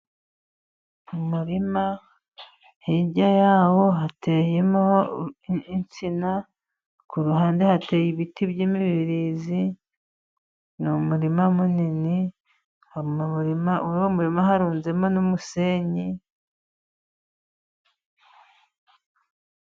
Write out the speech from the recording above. Umurima hirya yawo hateyemo insina, ku ruhande hateye ibiti by' imibirizi ni umurima munini, hanyuma muri uwo murima harunzemo n'umusenyi.